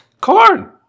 corn